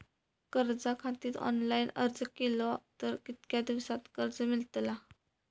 कर्जा खातीत ऑनलाईन अर्ज केलो तर कितक्या दिवसात कर्ज मेलतला?